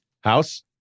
House